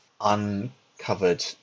uncovered